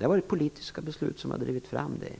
har varit politiska beslut som har drivit fram detta.